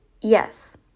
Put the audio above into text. yes